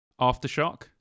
aftershock